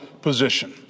position